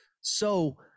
So-